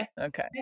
Okay